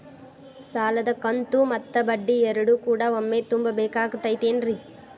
ಸಾಲದ ಕಂತು ಮತ್ತ ಬಡ್ಡಿ ಎರಡು ಕೂಡ ಒಮ್ಮೆ ತುಂಬ ಬೇಕಾಗ್ ತೈತೇನ್ರಿ?